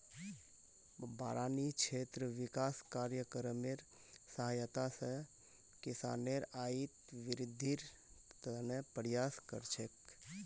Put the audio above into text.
बारानी क्षेत्र विकास कार्यक्रमेर सहायता स किसानेर आइत वृद्धिर त न प्रयास कर छेक